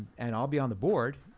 and i'll be on the board.